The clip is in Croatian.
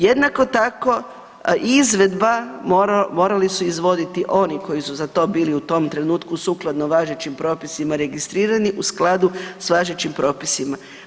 Jednako tako, izvedba morali su izvoditi oni koji su za to bili u tom trenutku, sukladno važećim propisima registrirani u skladu s važećim propisima.